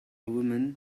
woman